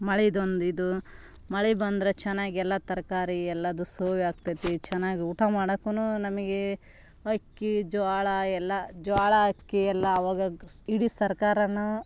ಮಳೆದೊಂದು ಇದು ಮಳೆ ಬಂದರೆ ಚೆನ್ನಾಗಿ ಎಲ್ಲ ತರಕಾರಿ ಎಲ್ಲದು ಸೊವಿ ಆಗ್ತೆತಿ ಚೆನ್ನಾಗಿ ಊಟ ಮಾಡೋಕ್ಕನು ನಮಗೆ ಅಕ್ಕಿ ಜೋಳ ಎಲ್ಲ ಜೋಳ ಅಕ್ಕಿ ಎಲ್ಲ ಆವಾಗ ಇಡೀ ಸರ್ಕಾರನ್ನ